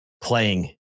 playing